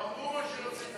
כבר אמרו מה שרצית להגיד.